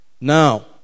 now